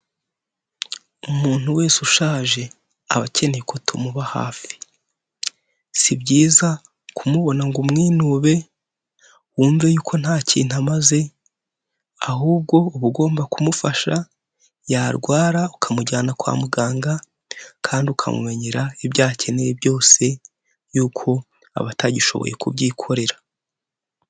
Umuntu wese ushaje, aba akeneye ko tumuba hafi, si byiza kumubona ngo umwinube wumve yuko nta kintu amaze, ahubwo uba ugomba kumufasha yarwara ukamujyana kwa muganga, kandi ukamumenyera ibyo akeneye byose, kuko aba atagishoboye kubyikorera.